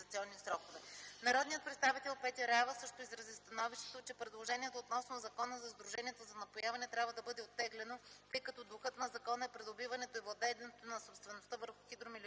Народният представител Петя Раева също изрази становището, че предложението относно Закона за сдруженията за напояване трябва да бъде оттеглено, тъй като духът на закона е придобиването и владението на собствеността върху хидромелиоративния